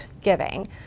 giving